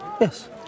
Yes